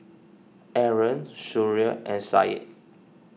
Aaron Suria and Syed